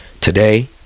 Today